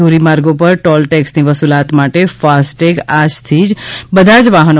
ઘોરીમાર્ગો પર ટોલટેક્ષની વસુલાત માટે ફાસ્ટેગ આજથી બધા જ વાહનો